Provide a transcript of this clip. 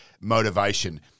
motivation